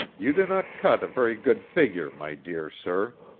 you do not cut a very good figure, my dear sir,